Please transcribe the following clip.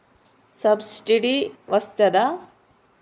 Subsidy వస్తదా?